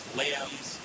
lambs